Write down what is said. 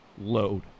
load